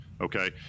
okay